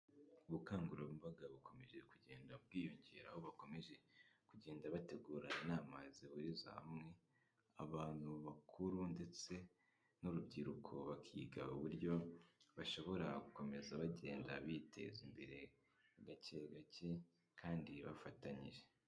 Ubukangurambaga bukomeje kugenda bwiyongera, aho bakomeje kugenda bategura inama zihuriza hamwe abantu bakuru ndetse n'urubyiruko, bakiga uburyo bashobora gukomeza bagenda biteza imbere gake gake kandi bafatanyije.